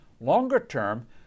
Longer-term